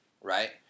right